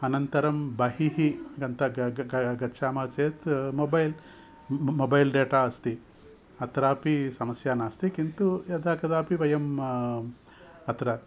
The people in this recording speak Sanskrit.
अनन्तरं बहिः गन्त ग ग गच्छामः चेत् मोबैल् म मोबैल् डेटा अस्ति अत्रापि समस्या नास्ति किन्तु यदा कदापि वयम् अत्र